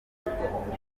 yanyeretse